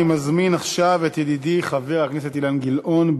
אני מזמין עכשיו את ידידי חבר הכנסת אילן גילאון.